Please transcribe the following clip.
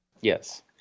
yes